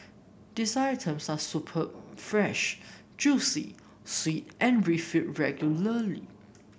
these items are superb fresh juicy sweet and refilled regularly